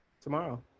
tomorrow